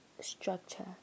structure